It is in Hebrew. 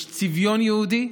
יש צביון יהודי.